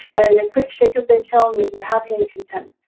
and a quick shake of their tail means they're happy and content.